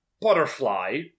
butterfly